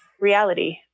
reality